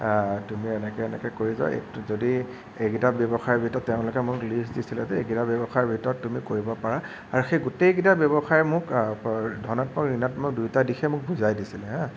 তুমি এনেকৈ এনেকৈ কৰি যোৱা এইটো যদি এইকেইটা ব্য়ৱসায়ৰ ভিতৰত তেওঁলোকে মোক লিষ্ট দিছিলে দেই এইকেইটা ব্য়ৱসায়ৰ ভিতৰত তুমি কৰিব পাৰা আৰু সেই গোটেইকেইটা ব্য়ৱসায়ে মোক ধনাত্মক ঋণাত্মক দুয়োটা দিশেই মোক বুজাই দিছিলে হা